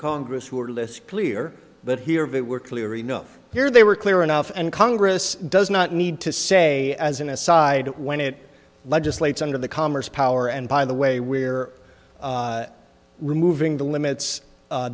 congress who are less clear but hear of it were clear enough here they were clear enough and congress does not need to say as an aside when it legislates under the commerce power and by the way we are removing the limits